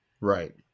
Right